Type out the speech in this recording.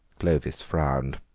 clovis frowned.